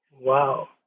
Wow